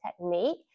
technique